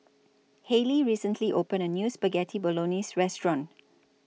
Haley recently opened A New Spaghetti Bolognese Restaurant